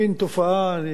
איך אני אקרא לה,